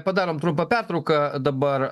padarom trumpą pertrauką dabar